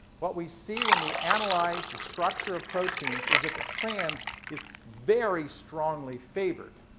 what we see when we analyze the structure of proteins is that the trans is very strongly favored.